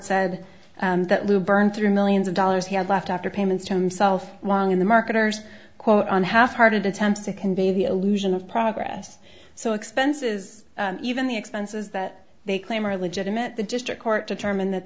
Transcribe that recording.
said that lou burned through millions of dollars he had left after payments himself along in the marketers quote on half hearted attempts to convey the illusion of progress so expenses even the expenses that they claim are legitimate the district court determined that